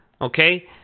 Okay